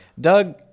Doug